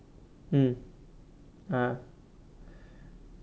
mm ah